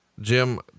Jim